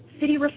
city